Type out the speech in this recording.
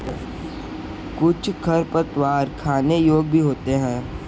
कुछ खरपतवार खाने योग्य भी होते हैं